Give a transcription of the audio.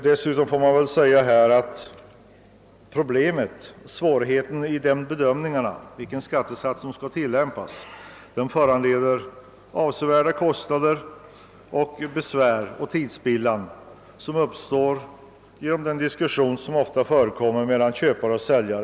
Dessutom medför svårigheten vid bedömningen av vilken skattesats som skall tillämpas avsevärda kostnader och besvär och dessutom tidsspillan genom den diskussion mellan köpare och säljare som ofta förekommer.